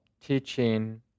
teaching